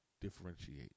differentiate